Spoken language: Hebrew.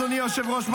אדוני היושב-ראש,